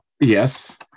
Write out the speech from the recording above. yes